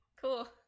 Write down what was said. Cool